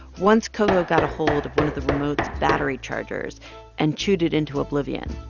once, koko got a hold of one of the remote's battery chargers and chewed it into oblivion.